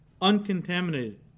Uncontaminated